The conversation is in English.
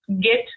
get